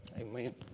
Amen